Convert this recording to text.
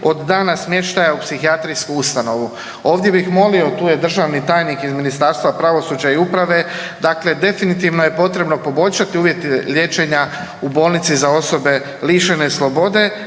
od dana smještaja u psihijatrijsku ustanovu. Ovdje bih molio tu je državni tajnik iz Ministarstva pravosuđa i uprave, dakle definitivno je potrebno poboljšati uvjete liječenja u Bolnici za osobe lišene slobode